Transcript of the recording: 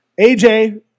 AJ